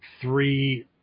three